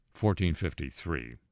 1453